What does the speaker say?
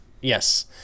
Yes